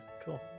cool